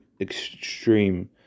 extreme